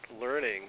learning